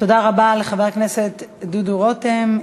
רבה לחבר הכנסת דודו רותם.